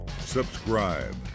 subscribe